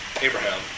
Abraham